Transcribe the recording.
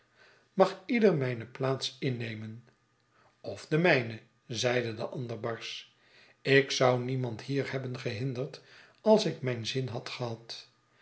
mag ieder mijne plaats innemen of de mijne zeide de ander barsch ik zou niemand hier hebben gehinderd als ik rn ij n zin had gehad